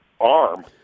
arm